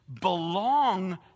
belong